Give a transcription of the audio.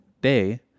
day